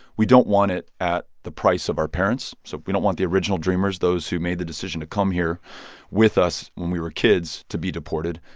we don't want it at the price of our parents. so we don't want the original dreamers, those who made the decision to come here with us when we were kids, to be deported.